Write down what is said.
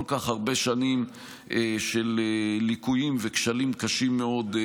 כך הרבה שנים של ליקויים וכשלים קשים מאוד.